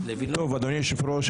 אדוני היושב ראש,